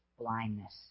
blindness